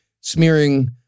smearing